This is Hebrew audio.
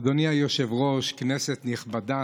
אדוני היושב-ראש, כנסת נכבדה.